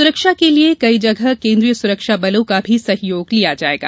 सुरक्षा के लिये कई जगह केन्द्रीय सुरक्षा बलों का भी सहयोग लिया जायेगा